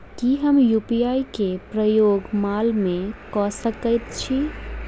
की हम यु.पी.आई केँ प्रयोग माल मै कऽ सकैत छी?